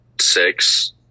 six